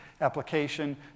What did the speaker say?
application